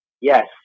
Yes